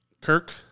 Kirk